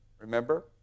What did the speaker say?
Remember